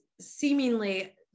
seemingly